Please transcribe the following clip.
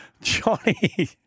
Johnny